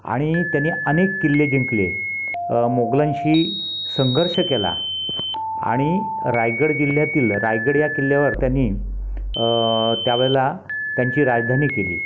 आणि त्यांनी अनेक किल्ले जिंकले मोगलांशी संघर्ष केला आणि रायगड जिल्ह्यातील रायगड या किल्ल्यावर त्यांनी त्यावेळेला त्यांची राजधानी केली